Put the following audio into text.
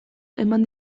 eman